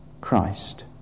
Christ